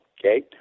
okay